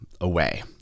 away